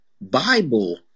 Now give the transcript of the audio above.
Bible